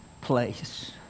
place